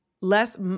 Less